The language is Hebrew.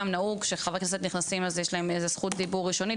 שנהוג שחברי כנסת נכנסים אז יש להם איזו זכות דיבור ראשונית,